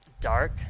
dark